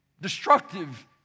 destructive